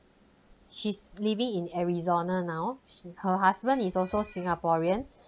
she's living in arizona now she her husband is also singaporean